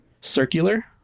circular